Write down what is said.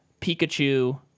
Pikachu